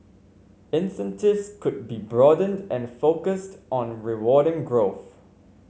incentives could be broadened and focused on rewarding growth